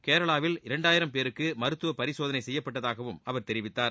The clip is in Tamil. கேரளாவில் இரண்டாயிரம் பேருக்கு மருத்துவ பரிசோதனை செய்யப்பட்டதாகவும் தெரிவித்தார்